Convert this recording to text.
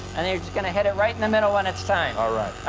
and you're just going to hit it right in the middle when it's time. all right.